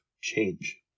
change